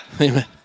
Amen